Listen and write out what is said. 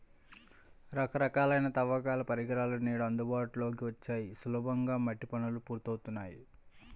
రకరకాలైన తవ్వకాల పరికరాలు నేడు అందుబాటులోకి వచ్చాక సులభంగా మట్టి పనులు పూర్తవుతున్నాయి